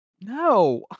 No